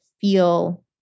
feel